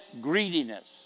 greediness